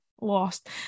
lost